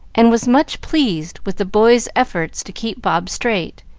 and was much pleased with the boys' efforts to keep bob straight.